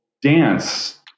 dance